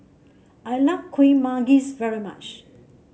I like Kueh Manggis very much